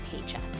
paycheck